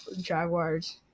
Jaguars